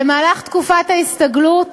במהלך תקופת ההסתגלות